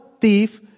thief